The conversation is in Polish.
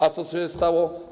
A co się stało?